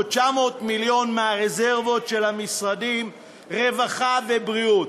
ועוד 900 מיליון מהרזרבות של המשרדים רווחה ובריאות.